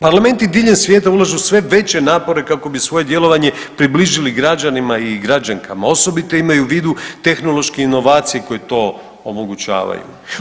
Parlamenti diljem svijeta ulažu sve veće napore kako bi svoje djelovanje približili građanima i građankama, osobito imaju u vidu tehnološke inovacije koje to omogućavaju.